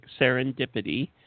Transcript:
Serendipity